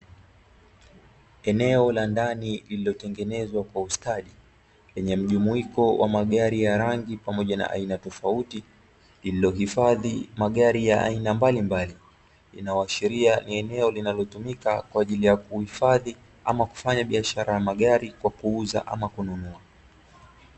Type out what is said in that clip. Eneo la ndani lililotengenezwa kwa ustadi, lenye mjumuiko wa magari ya rangi pamoja aina tofauti. Ililohifadhi magari ya aina mbalimbali, linaloashiria ni eneo linalotumika kwa ajili ya kuhifadhi ama, kufanya biashara ya magari kwa kuuza ama kununua.